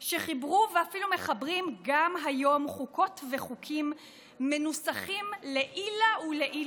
שחיברו ואפילו מחברים גם היום חוקות וחוקים מנוסחים לעילא ולעילא,